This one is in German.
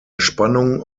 spannung